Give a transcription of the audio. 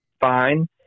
fine